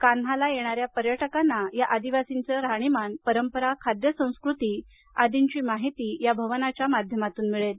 कान्हाला येणाऱ्या पर्यटकांना या आदिवासींच्या राहणीमान परंपरा खाद्य संस्कृती आर्दीची माहिती या भवनाच्या माध्यमातून मिळेल